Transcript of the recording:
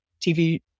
tv